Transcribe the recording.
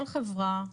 כל חברה,